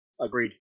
agreed